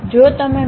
જો તમે મી